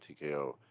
TKO